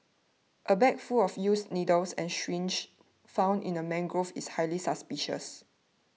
a bag full of used needles and syringes found in a mangrove is highly suspicious